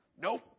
nope